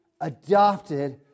adopted